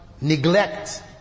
neglect